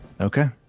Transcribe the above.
okay